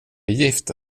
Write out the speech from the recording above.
gifta